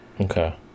Okay